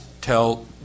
tell